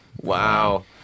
Wow